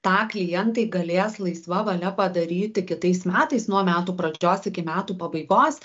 tą klientai galės laisva valia padaryti kitais metais nuo metų pradžios iki metų pabaigos